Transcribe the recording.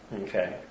Okay